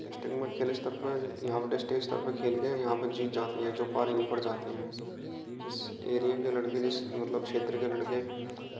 district में खेल स्तर यहाँ पर डिस्टिक स्तर पर खेल कर यहाँ पर जीत जाती है जो पारी ऊपर जाती है जिस एरिया के लड़के जिस मतलब क्षेत्र के लड़के